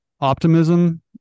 optimism